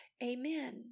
Amen